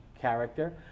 character